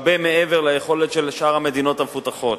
הרבה מעבר ליכולת של שאר המדינות המפותחות.